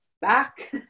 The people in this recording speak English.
back